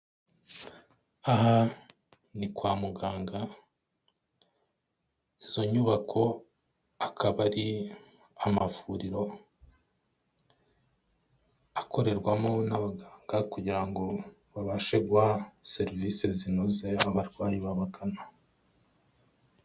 Aha ni kwa muganga, izo nyubako akaba ari amavuriro akorerwamo n'abaganga, kugira ngo babashe guha serivisi zinoze abarwayi babagana.